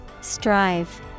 Strive